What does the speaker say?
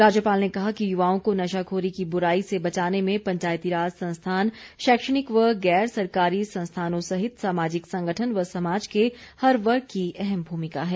राज्यपाल ने कहा कि युवाओं को नशाखोरी की बुराई से बचाने में पंचायतीराज संस्थान शैक्षणिक व गैर सरकारी संस्थानों सहित सामाजिक संगठन व समाज के हर वर्ग की अहम भूमिका है